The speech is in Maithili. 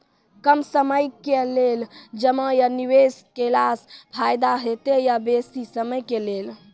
कम समय के लेल जमा या निवेश केलासॅ फायदा हेते या बेसी समय के लेल?